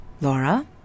Laura